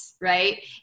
right